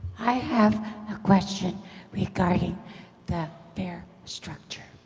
i have a question regarding that fare structure.